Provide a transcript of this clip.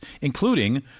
including